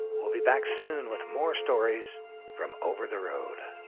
we'll be back soon with more stories from over the road.